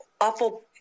awful